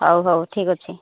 ହୋଉ ହୋଉ ଠିକ ଅଛି